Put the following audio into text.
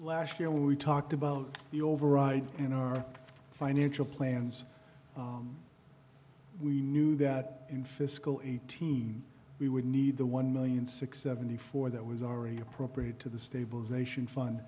last year we talked about the override in our financial plans we knew that in fiscal eighteen we would need the one million six seventy four that was already appropriated to the stabilization fund